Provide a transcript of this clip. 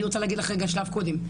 אני רוצה להגיד לך רגע שלב קודם.